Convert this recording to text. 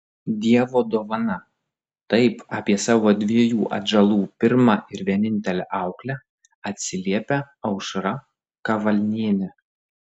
dievo dovana taip apie savo dviejų atžalų pirmą ir vienintelę auklę atsiliepia aušra kavalnienė